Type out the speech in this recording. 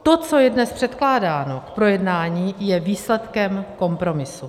To, co je dnes předkládáno k projednání, je výsledkem kompromisu.